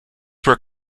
were